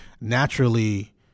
naturally